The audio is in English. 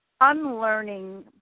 unlearning